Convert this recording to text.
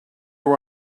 were